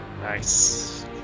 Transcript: Nice